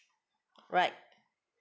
alright